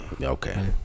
Okay